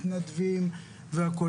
מתנדבים והכל.